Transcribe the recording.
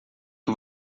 que